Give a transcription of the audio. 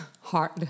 hard